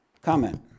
Comment